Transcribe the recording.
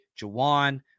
Jawan